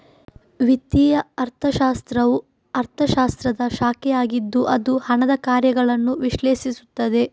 ವಿತ್ತೀಯ ಅರ್ಥಶಾಸ್ತ್ರವು ಅರ್ಥಶಾಸ್ತ್ರದ ಶಾಖೆಯಾಗಿದ್ದು ಅದು ಹಣದ ಕಾರ್ಯಗಳನ್ನು ವಿಶ್ಲೇಷಿಸುತ್ತದೆ